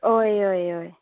हय हय हय